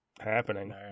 happening